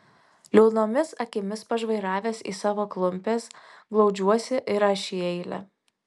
liūdnomis akimis pažvairavęs į savo klumpes glaudžiuosi ir aš į eilę